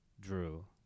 Drew